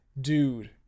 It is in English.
dude